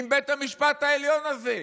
עם בית המשפט העליון הזה,